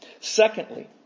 Secondly